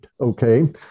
okay